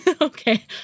Okay